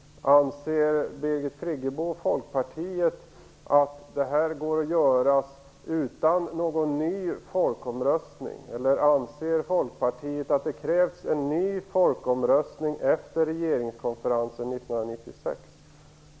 Anser Birgit Friggebo och Folkpartiet att det här kan göras utan någon ny folkomröstning? Eller anser Folkpartiet att det krävs en ny folkomröstning efter regeringskonferensen 1996?